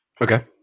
Okay